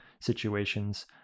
situations